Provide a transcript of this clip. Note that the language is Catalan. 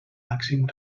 màxim